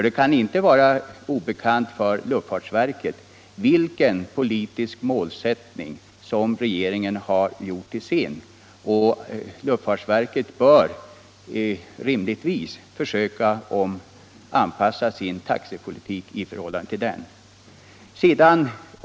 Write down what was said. Det kan inte vara obekant för luftfartsverket vilken politisk målsättning regeringen har gjort till sin, och luftfartsverket bör rimligtvis försöka anpassa sin taxepolitik till den.